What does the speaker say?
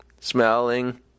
smelling